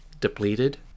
depleted